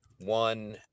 one